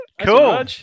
Cool